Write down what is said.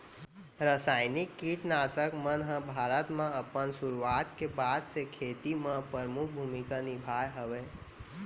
रासायनिक किट नाशक मन हा भारत मा अपन सुरुवात के बाद से खेती मा परमुख भूमिका निभाए हवे